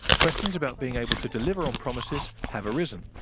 questions about being able to deliver on promises have arisen.